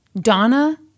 Donna